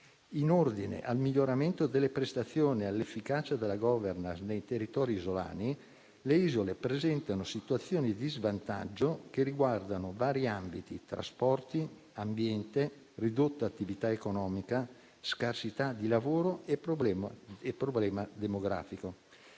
in ordine al miglioramento delle prestazioni e all'efficacia della *governance* nei territori isolani, le isole presentano situazioni di svantaggio che riguardano vari ambiti: trasporti, ambiente, ridotta attività economica, scarsità di lavoro e problema demografico.